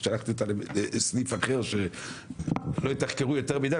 שלחתי אותה לסניף אחר שלא יתחקרו יותר מידי,